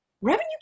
revenue